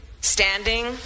standing